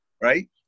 right